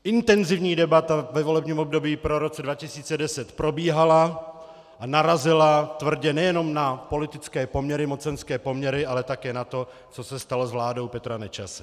Intenzivní debata ve volebním období po roce 2010 probíhala a narazila tvrdě nejenom na politické poměry, mocenské poměry, ale také na to, co se stalo s vládou Petra Nečase.